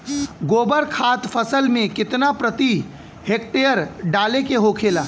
गोबर खाद फसल में कितना प्रति हेक्टेयर डाले के होखेला?